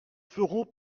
ferons